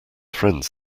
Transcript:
friends